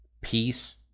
Peace